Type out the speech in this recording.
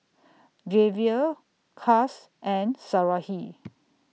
Javier Cas and Sarahi